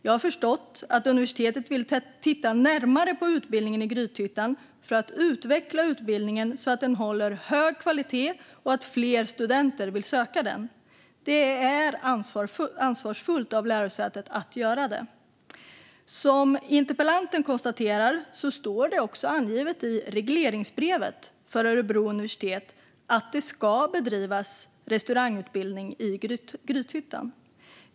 Jag har förstått att universitetet vill titta närmare på utbildningen i Grythyttan för att utveckla utbildningen så att den håller hög kvalitet och att fler studenter vill söka den. Det är ansvarsfullt av lärosätet att göra det. Som interpellanten konstaterar står det också angivet i regleringsbrevet för Örebro universitet att det ska bedrivas restaurangutbildning i Grythyttan.